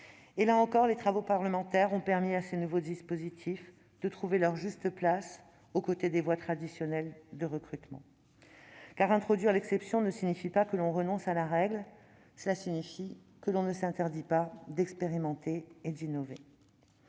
Là encore, les travaux parlementaires ont permis à ces nouveaux dispositifs de trouver leur juste place aux côtés des voies traditionnelles de recrutement. Introduire l'exception signifie, non pas que l'on renonce à la règle, mais bien que l'on ne s'interdit pas d'expérimenter et d'innover.